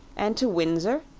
and to windsor,